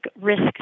risk